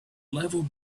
level